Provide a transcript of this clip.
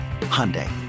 Hyundai